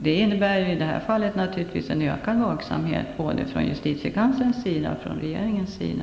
Det innebär att det naturligtvis krävs en ökad vaksamhet både från justitiekanslerns och från regeringens sida.